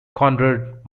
konrad